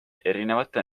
erinevate